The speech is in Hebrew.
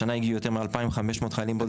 השנה הגיעו יותר מ-2,500 חיילים בודדים